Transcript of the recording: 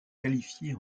qualifiée